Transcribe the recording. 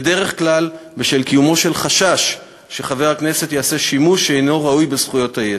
בדרך כלל בשל חשש שחבר הכנסת יעשה שימוש שאינו ראוי בזכויות היתר.